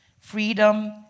freedom